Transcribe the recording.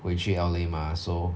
回去 L_A mah so